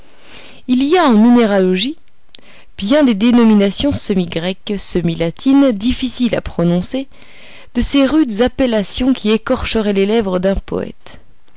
il y a en minéralogie bien des dénominations semi grecques semi latines difficiles à prononcer de ces rudes appellations qui écorcheraient les lèvres d'un poète